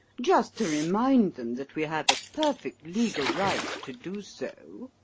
just to remind them that we have a perfect legal right to do so.